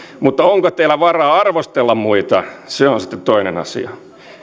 mutta onko teillä varaa arvostella muita se on sitten toinen asia